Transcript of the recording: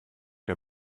der